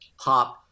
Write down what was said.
pop